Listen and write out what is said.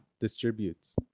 distributes